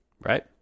Right